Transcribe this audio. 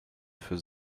für